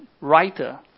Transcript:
writer